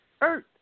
earth